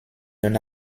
d’un